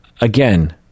Again